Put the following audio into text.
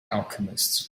alchemist